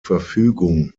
verfügung